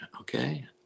okay